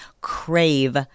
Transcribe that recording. crave